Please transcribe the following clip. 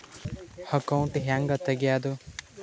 Account ಹ್ಯಾಂಗ ತೆಗ್ಯಾದು?